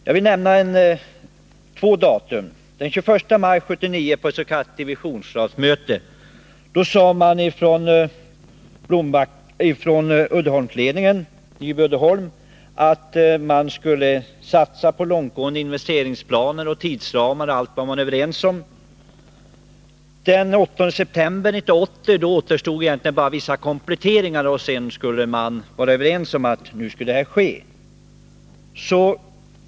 Jag vill nämna några datum. På ett divisionsmöte den 21 maj 1979 förklarade Uddeholmsledningen att man hade långtgående investeringsplaner. Man var överens om tidsramar och allt sådant. Den 8 september 1980 återstod egentligen bara vissa kompletteringar.